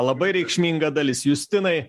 labai reikšminga dalis justinai